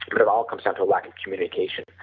but it all comes under lack of communication,